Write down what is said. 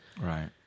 Right